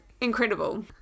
incredible